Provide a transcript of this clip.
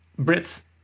Brit's